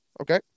Okay